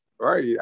Right